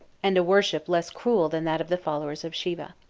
and a worship less cruel than that of the followers of siva.